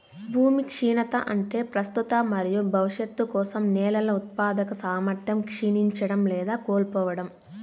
భూమి క్షీణత అంటే ప్రస్తుత మరియు భవిష్యత్తు కోసం నేలల ఉత్పాదక సామర్థ్యం క్షీణించడం లేదా కోల్పోవడం